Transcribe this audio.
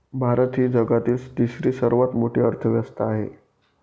भारत ही जगातील तिसरी सर्वात मोठी अर्थव्यवस्था आहे